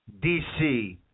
DC